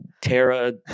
Tara